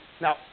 Now